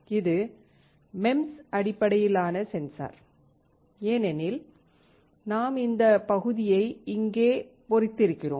இது MEMS அடிப்படையிலான sensor ஏனெனில் நாம் இந்த பகுதியை இங்கே பொறித்திருக்கிறோம்